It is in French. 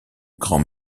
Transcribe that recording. grands